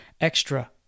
extra